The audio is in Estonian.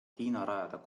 tahab